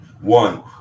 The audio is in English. One